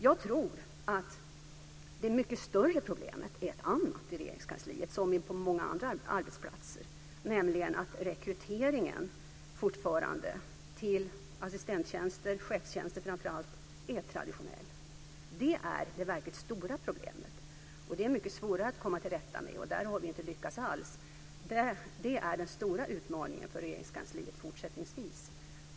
Jag tror att det mycket större problemet i Regeringskansliet är ett annat, som på många andra arbetsplatser, nämligen att rekryteringen till assistenttjänster, chefstjänster framför allt, fortfarande är traditionell. Det är det verkligt stora problemet. Det är mycket svårare att komma till rätta med. Där har vi inte lyckats alls. Det är den stora utmaningen för Regeringskansliet fortsättningsvis.